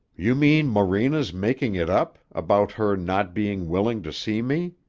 you mean morena's making it up about her not being willing to see me?